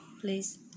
please